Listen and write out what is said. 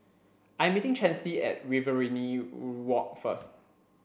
I'm meeting Chancey at Riverina Walk first